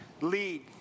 lead